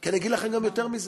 אני אגיד לכם יותר מזה,